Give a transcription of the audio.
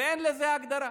ואין להן הגדרה.